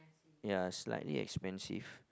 ya it's slightly expensive